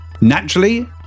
naturally